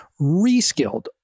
reskilled